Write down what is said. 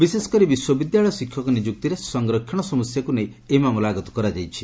ବିଶେଷକରି ବିଶ୍ୱବିଦ୍ୟାଳୟ ଶିକ୍ଷକ ନିଯୁକ୍ତିରେ ସଂରକ୍ଷଣ ସମସ୍ୟାକୁ ନେଇ ଏହି ମାମଲା ଆଗତ କରାଯାଇଛି